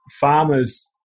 farmers